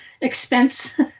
expense